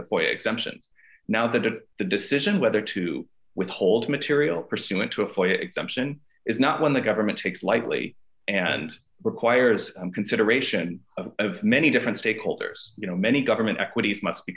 the boy exemptions now that the decision whether to withhold material pursuant to a full exemption is not when the government takes lightly and requires consideration of many different stakeholders you know many government equities must be